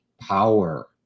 power